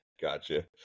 gotcha